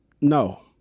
No